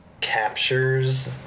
captures